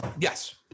Yes